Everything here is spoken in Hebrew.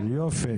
כן, יופי.